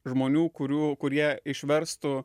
žmonių kurių kurie išverstų